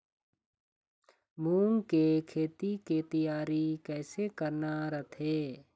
मूंग के खेती के तियारी कइसे करना रथे?